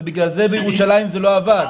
ובגלל זה בירושלים זה לא עבד?